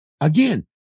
Again